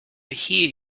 hear